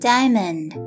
Diamond